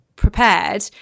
prepared